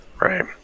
Right